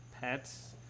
pets